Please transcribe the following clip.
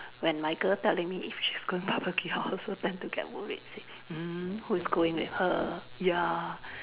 when my girl telling me if she's going barbecue I also tend to get worried mm who is going with her ya